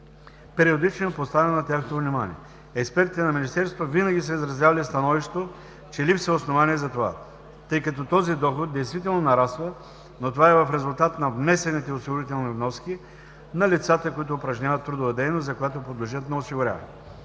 периодично е поставяно на тяхното внимание. Експертите на Министерството винаги са изразявали становището, че липсва основание за това, тъй като този доход действително нараства, но това е в резултат от внесените осигурителни вноски на лицата, които упражняват трудова дейност, за която подлежат на осигуряване.